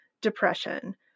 depression